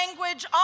language